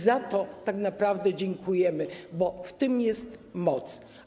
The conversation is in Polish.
Za to tak naprawdę dziękujemy, bo w tym jest moc.